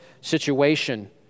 situation